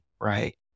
right